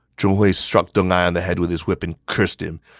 zhong hui struck deng ai on the head with his whip and cursed him,